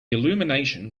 illumination